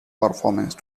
performance